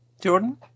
Jordan